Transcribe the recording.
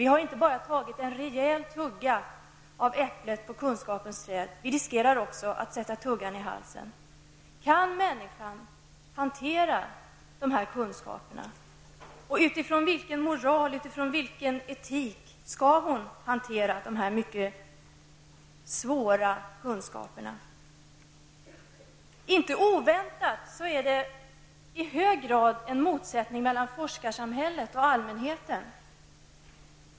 Vi har inte bara tagit en rejäl tugga av äpplet på kunskapens träd -- vi riskerar också att sätta tuggan i halsen. Kan människan hantera dessa kunskaper? Utifrån vilken moral och etik skall hon hantera dessa mycket svåra kunskaper? Inte oväntat finns i hög grad en motsättning mellan forskarsamhället och allmänheten.